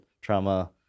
trauma